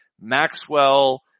Maxwell